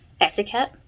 etiquette